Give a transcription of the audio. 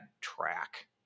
track